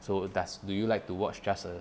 so does do you like to watch just a